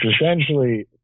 essentially